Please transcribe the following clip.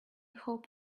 hope